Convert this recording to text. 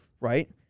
Right